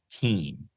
team